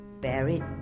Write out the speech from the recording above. Buried